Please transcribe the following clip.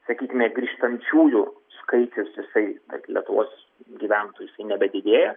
sakykime grįžtančiųjų skaičius jisai kad lietuvos gyventojų jisai nebedidėja